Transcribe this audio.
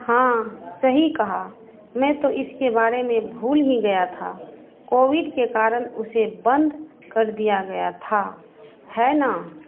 हाँ सही कहा मैं तो इसके बारे में भूल ही गया था कोविड के कारण उसे बंद कर दिया गया था है ना